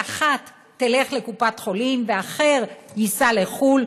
שאחת תלך לקופת חולים ואחר ייסע לחו"ל